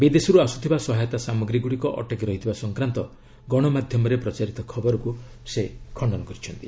ବିଦେଶରୁ ଆସୁଥିବା ସହାୟତା ସାମଗ୍ରୀଗୁଡ଼ିକ ଅଟକି ରହିଥିବା ସଂକ୍ରାନ୍ତ ଗଣମାଧ୍ୟମରେ ପ୍ରଚାରିତ ଖବରକ୍ତ ସେ ଖଣ୍ଡନ କରିଛନ୍ତି